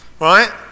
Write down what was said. right